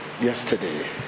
yesterday